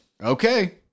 Okay